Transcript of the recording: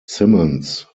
simmons